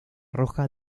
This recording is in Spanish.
roja